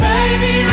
Baby